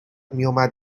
میومد